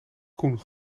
koen